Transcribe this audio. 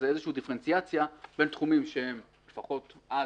זו איזושהי דיפרנציאציה בין תחומים שלפחות אז